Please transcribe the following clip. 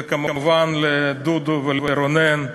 וכמובן לדודו ולרונן,